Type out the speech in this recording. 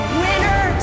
winner